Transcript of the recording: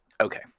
okay